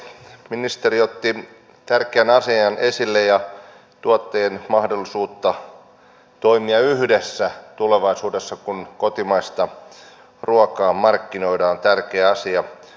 ministeri otti tärkeän asian esille tuottajien mahdollisuuden toimia yhdessä tulevaisuudessa kun kotimaista ruokaa markkinoidaan tärkeä asia